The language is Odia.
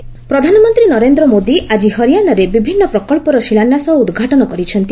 ପିଏମ୍ ହରିୟାଣା ପ୍ରଧାନମନ୍ତ୍ରୀ ନରେନ୍ଦ୍ର ମୋଦି ଆଜି ହରିୟାଣାରେ ବିଭିନ୍ନ ପ୍ରକଳ୍ପର ଶିଳାନ୍ୟାସ ଓ ଉଦ୍ଘାଟନ କରିଛନ୍ତି